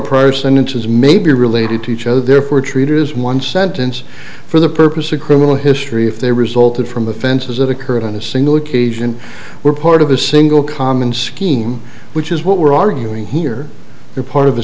person inches may be related to each other therefore treaters one sentence for the purpose of criminal history if they resulted from offenses that occurred on a single occasion were part of a single common scheme which is what we're arguing here they're part of a